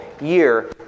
year